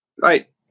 Right